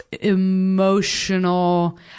emotional